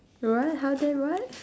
what how dare what